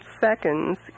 seconds